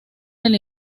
del